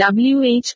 WH